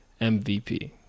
MVP